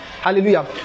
hallelujah